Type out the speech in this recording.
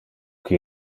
que